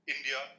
India